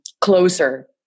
closer